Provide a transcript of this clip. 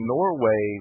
Norway